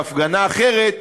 בהפגנה אחרת,